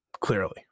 Clearly